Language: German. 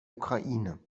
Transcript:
ukraine